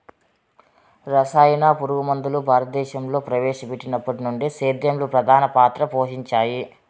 రసాయన పురుగుమందులు భారతదేశంలో ప్రవేశపెట్టినప్పటి నుండి సేద్యంలో ప్రధాన పాత్ర పోషించాయి